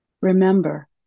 Remember